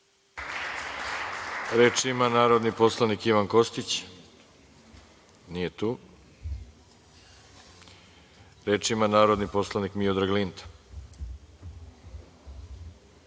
Reč ima narodni poslanik Ivan Kostić. Nije tu. Reč ima narodni poslanik Miodrag Linta.